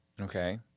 Okay